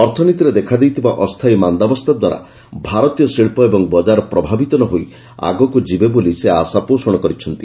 ଅର୍ଥନୀତିରେ ଦେଖାଦେଇଥିବା ଅସ୍ଥାୟୀ ମାନ୍ଦାବସ୍ଥା ଦ୍ୱାରା ଭାରତୀୟ ଶିଳ୍ପ ଓ ବଜାର ପ୍ରଭାବିତ ନ ହୋଇ ଆଗକୁ ଯିବେ ବୋଲି ସେ ଆଶା ପୋଷଣ କରିଛନ୍ତି